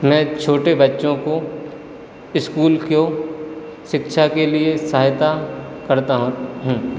मैं छोटे बच्चों को इस्कूल क्यों शिक्षा के लिए सहायता करता हूँ